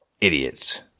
Idiots